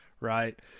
right